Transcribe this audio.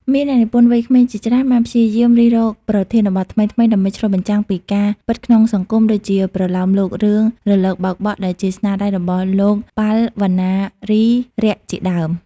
មានអ្នកនិពន្ធវ័យក្មេងជាច្រើនបានព្យាយាមរិះរកប្រធានបទថ្មីៗ ដើម្បីឆ្លុះបញ្ចាំងពីការពិតក្នុងសង្គម ដូចជាប្រលោមលោករឿង រលកបោកបក់ ដែលជាស្នាដៃរបស់លោក ប៉ាល់ វណ្ណារីរក្សជាដើម។